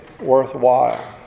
worthwhile